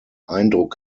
eindruck